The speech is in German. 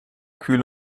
kühl